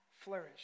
flourish